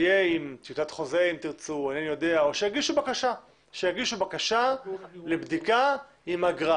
תהיה עם טיוטת חוזה עם תרצו או שיגישו בקשה לבדיקה עם אגרה